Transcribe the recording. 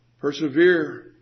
Persevere